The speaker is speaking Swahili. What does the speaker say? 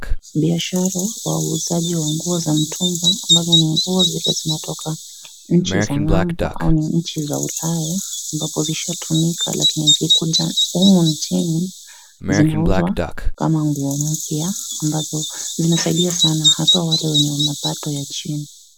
Biashara, wauzaji wa nguo za mtumba ambazo ni nguo zile zinatoka ncgi za ng'ambo au ni nchi za ualaya ambapo zishaatumika na zimekuja humu nchini zinauzwa kama nguo mpya. Zinasaidia sana haswa wale wa mapato ya chini.